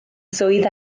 swydd